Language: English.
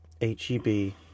H-E-B